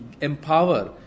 empower